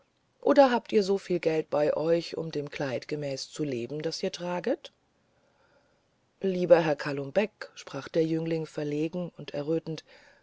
oder habt ihr so viel geld bei euch um dem kleid gemäß zu leben das ihr traget lieber herr kalum beck sprach der jüngling verlegen und errötend